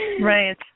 Right